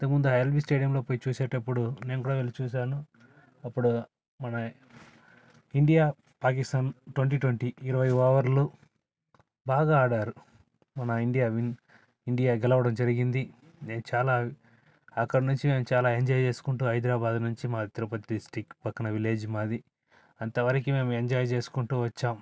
ఇంత ముందు ఆ ఎల్బీ స్టేడియంలో పోయి చూసేటప్పుడు నేను కూడా వెళ్ళి చూశాను అప్పుడు మన ఇండియా పాకిస్తాన్ ట్వంటీ ట్వంటీ ఇరవై ఓవర్లు బాగా ఆడారు మన ఇండియా విన్ ఇండియా గెలవడం జరిగింది నేను చాలా అక్కడి నుంచి చాలా ఎంజాయ్ చేసుకుంటు హైదరాబాద్ నుంచి మాది తిరుపతి డిస్టిక్ పక్కన విలేజ్ మాది అంతవరకు మేము ఎంజాయ్ చేసుకుంటు వచ్చాం